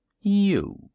You